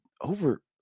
over